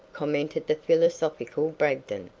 commented the philosophical bragdon,